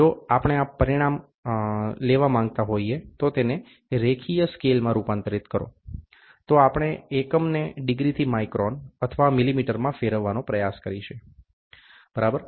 જો આપણે આ પરિમાણ લેવા માંગતા હોઇએ તો તેને રેખીય સ્કેલમાં રૂપાંતરિત કરો તો આપણે એકમને ડિગ્રીથી માઇક્રોન અથવા મિલીમીટરમાં ફેરવવાનો પ્રયાસ કરીએ બરાબર